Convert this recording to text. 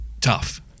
tough